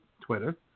Twitter